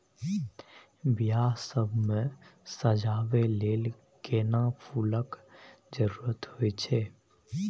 बियाह सब मे सजाबै लेल गेना फुलक जरुरत होइ छै